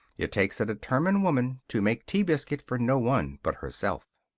it takes a determined woman to make tea biscuit for no one but herself.